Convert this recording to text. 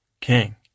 king